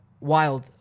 wild